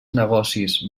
negocis